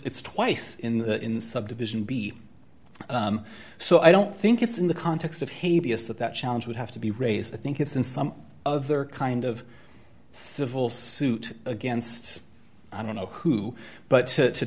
it's twice in the in subdivision be so i don't think it's in the context of hey b s that that challenge would have to be raised i think it's in some other kind of civil suit against i don't know who but to